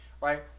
Right